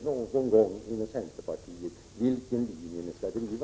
Någon gång måste ni inom centerpartiet bestämma er för vilken linje ni skall driva.